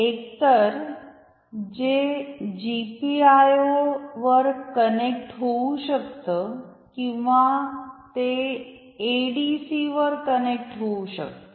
एकतर ते G P I O वर कनेक्ट होऊ शकत किंवा ते एडीसी वर कनेक्ट होऊ शकत